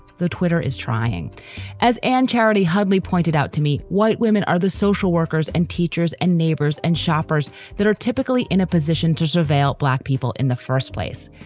though twitter is trying as an charity hardly pointed out to me, white women are the social workers and teachers and neighbors and shoppers that are typically in a position to surveil black people in the first place.